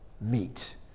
meet